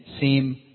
seem